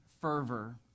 fervor